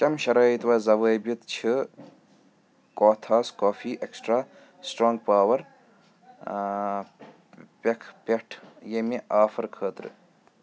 کَمہِ شرٲیِط و ضوٲبِط چھِ کوتہاس کافی اٮ۪کسٹرٛا سٹرٛانٛگ پاوَر پھٮ۪کھ پٮ۪ٹھ ییٚمہِ آفر خٲطرٕ